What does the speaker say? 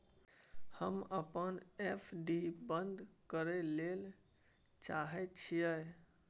हम अपन एफ.डी बंद करय ले चाहय छियै